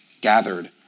gathered